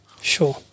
Sure